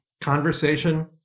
conversation